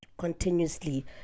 continuously